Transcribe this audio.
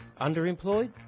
underemployed